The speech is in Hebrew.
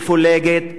מפולגת,